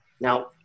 Now